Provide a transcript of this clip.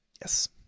Yes